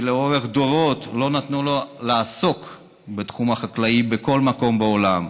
שלאורך דורות לא נתנו לו לעסוק בתחום החקלאי בכל מקום בעולם.